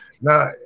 Now